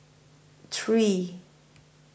three